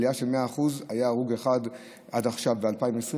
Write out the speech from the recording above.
עלייה של 100%. היה הרוג אחד עד עכשיו ב-2020,